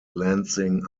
lansing